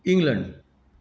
England